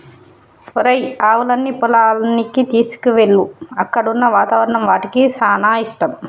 ఒరేయ్ ఆవులన్నీ పొలానికి తీసుకువెళ్ళు అక్కడున్న వాతావరణం వాటికి సానా ఇష్టం